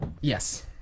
Yes